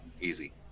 easy